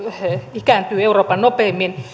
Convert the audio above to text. ikääntyy euroopan nopeimmin